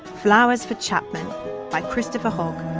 flowers for chapman by christopher hogg.